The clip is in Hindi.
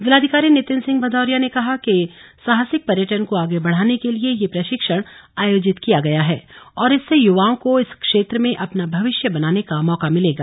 जिलाधिकारी नितिन सिंह भदौरिया ने कहा साहसिक पर्यटन को आगे बढाने के लिए यह प्रशिक्षण आयोजित किया गया है और इससे युवाओं को इस क्षेत्र में अपना भविष्य बनाने का मौका मिलेगा